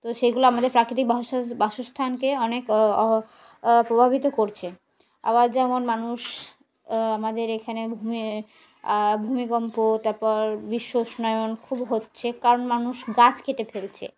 তো সেইগুলো আমাদের প্রাকৃতিক বাস বাসস্থানকে অনেক প্রভাবিত করছে আবার যেমন মানুষ আমাদের এইখানে ভূমি ভূমিকম্প তারপর বিশ্ব উষ্ণায়ন খুব হচ্ছে কারণ মানুষ গাছ কেটে ফেলছে